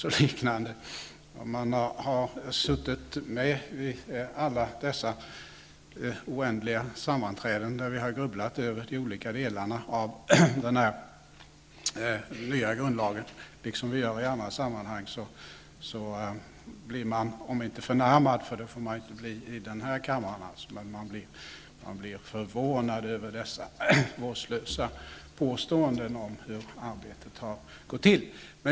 Om man har suttit med vid alla dessa oändliga sammanträden där vi, liksom i andra sammanhang, har grubblat över de olika delarna av den nya grundlagen blir man om inte förnärmad -- det får man ju inte bli i den här kammaren -- så förvånad över dessa vårdslösa påståenden om hur arbetet har gått till.